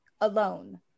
alone